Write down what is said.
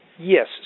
Yes